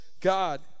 God